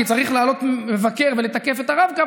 כי צריך לעלות מבקר ולתקף את הרב-קו,